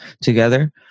together